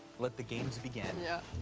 let the games begin. yeah.